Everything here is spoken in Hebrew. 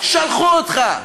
שלחו אותך,